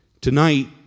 Tonight